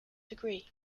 degree